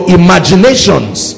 imaginations